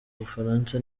bufaransa